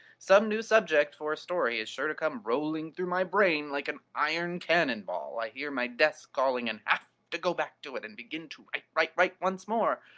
some new subject for a story is sure to come rolling through my brain like an iron cannonball. i hear my desk calling, and have to go back to it and begin to write, write, write, once more.